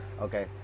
okay